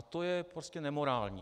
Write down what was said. To je prostě nemorální.